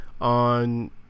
on